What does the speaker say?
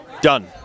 Done